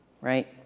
right